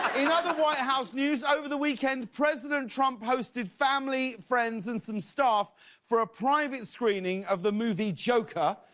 in other white house news over the weekend president trump hosted family, friends and some staff for a private screening of the movie joker.